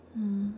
mm